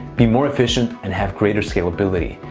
be more efficient and have greater scalability.